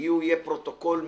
הרי יהיה פרוטוקול מסודר,